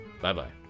bye-bye